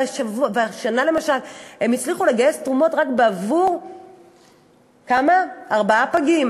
והשנה למשל הם הצליחו לגייס תרומות רק בעבור ארבעה פגים.